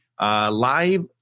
live